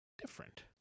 different